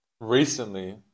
Recently